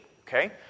Okay